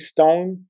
Stone